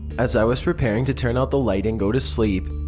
as i was preparing to turn out the light and go to sleep,